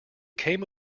came